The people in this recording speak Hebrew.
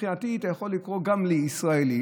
מבחינתי אתה יכול לקרוא גם לי "ישראלי",